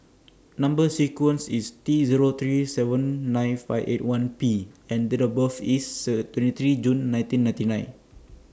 Number sequence IS T Zero three seven nine five eight one P and Date of birth IS Third twenty three June nineteen ninety nine